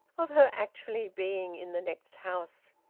of her actually being in the next house.